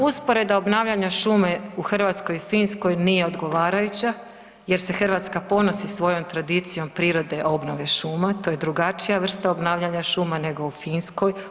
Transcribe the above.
Usporedba obnavljanja šume u Hrvatskoj i Finskoj nije odgovarajuća jer se Hrvatska ponosi svojom tradicijom prirode obnove šuma, to je drugačija vrsta obnavljanja šuma nego u Finskoj.